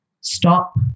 stop